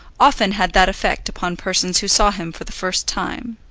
often had that effect upon persons who saw him for the first time